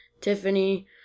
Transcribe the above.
Tiffany